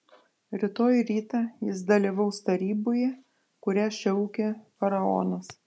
rytoj rytą jis dalyvaus taryboje kurią šaukia faraonas